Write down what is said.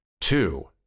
Two